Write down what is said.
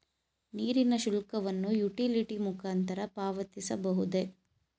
ನೀರಿನ ಶುಲ್ಕವನ್ನು ಯುಟಿಲಿಟಿ ಮುಖಾಂತರ ಪಾವತಿಸಬಹುದೇ?